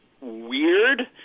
weird